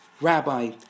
Rabbi